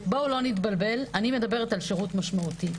בואו לא נתבלבל, אני מדברת על שירות משמעותי.